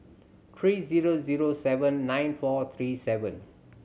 three zero zero seven nine four three seven